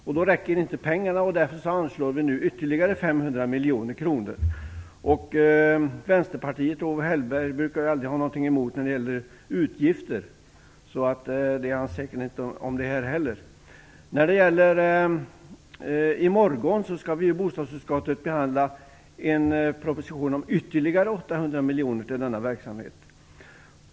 Pengarna räcker inte till detta, och därför anslår vi nu ytterligare 500 miljoner kronor. Vänsterpartiet och Owe Hellberg brukar ju aldrig ha något emot utgifter, och han är säkerligen inte heller emot detta. Vi skall i morgon i bostadsutskottet behandla en proposition om ytterligare 800 miljoner till denna verksamhet.